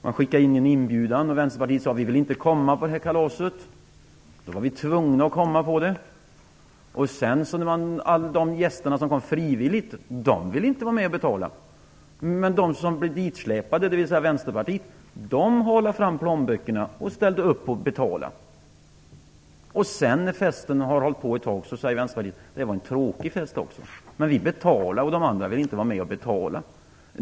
Man skickade en inbjudan, men Vänsterpartiet sade: Vi vill inte komma på kalaset. Nu var vi tvungna att komma på det, men de gäster som kom frivilligt vill inte vara med att betala, medan de som blev ditsläpade, dvs. Vänsterpartiet, halade fram plånböckerna och ställde upp på att betala. När festen hade hållit på ett tag säger Vänsterpartiet: Det var en tråkig fest också, men vi betalar. Men de andra vill inte vara med att betala.